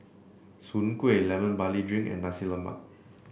Soon Kueh Lemon Barley Drink and Nasi Lemak